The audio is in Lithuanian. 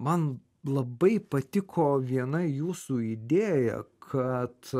man labai patiko viena jūsų idėja kad